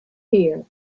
hear